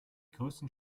größten